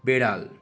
বেড়াল